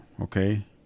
Okay